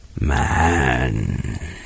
Man